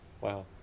Wow